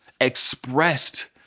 expressed